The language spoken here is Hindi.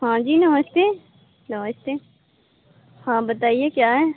हाँ जी नमस्ते लोएस्तीन हाँ बताइए क्या है